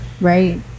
Right